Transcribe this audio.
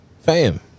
Fam